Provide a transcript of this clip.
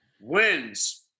wins